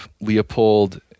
Leopold